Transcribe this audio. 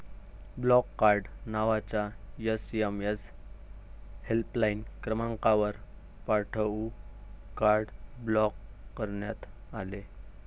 block card नावाचा SMS helpline क्रमांकावर पाठवून कार्ड ब्लॉक करण्यात आले